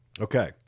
Okay